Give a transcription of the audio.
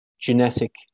genetic